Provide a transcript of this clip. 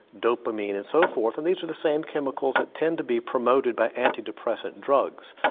dopamine and so forth, and these are the same chemicals that tend to be promoted by antidepressant drugs.